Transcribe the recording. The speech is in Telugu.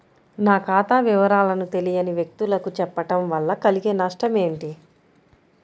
నా ఖాతా వివరాలను తెలియని వ్యక్తులకు చెప్పడం వల్ల కలిగే నష్టమేంటి?